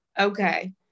Okay